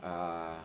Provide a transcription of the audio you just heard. ah